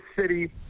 city